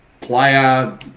player